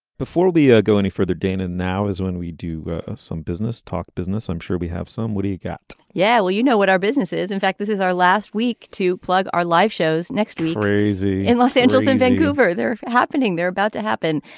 before we ah go any further dana now is when we do some business talk business i'm sure we have some what do you got yeah well you know what our business is in fact this is our last week to plug our live shows next week crazy in los angeles in vancouver. they're happening they're about to happen.